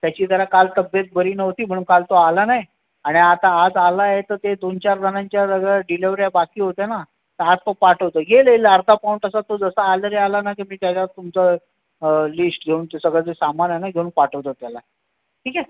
त्याची जरा काल तब्येत बरी नव्हती म्हणून काल तो आला नाही आणि आता आज आला आहे तर ते दोन चार जणांच्या सगळ्या डिलेवऱ्या बाकी होत्या ना तर आज तो पाठवतो येईल येईल अर्धा पाऊण तासात तो जसा आला रे आला ना की मी त्याच्यात लिस्ट घेऊन ते सगळं जे सामान आहे ना घेऊन पाठवतो त्याला ठीक आहे